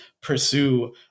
pursue